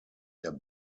der